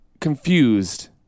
confused